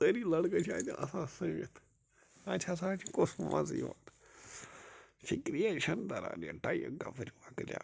سٲری لڑکہٕ چھِ اَتہِ آسان سٔمِتھ اَتہِ چھِ ہسا چھُ کُس مزٕ یِوان فِکرِییہِ چھُنہٕ تران یہِ ٹایم کَپٲرۍ مۅکلیٛو